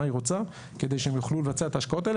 מה היא רוצה כדי שהם יוכלו לבצע את ההשקעות האלה